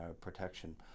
protection